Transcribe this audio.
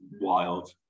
wild